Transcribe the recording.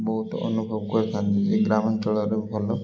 ବହୁତ ଅନୁଭବ କରିଥାନ୍ତି ଗ୍ରାମାଞ୍ଚଳରେ ଭଲ